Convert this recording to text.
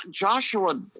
Joshua